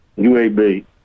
UAB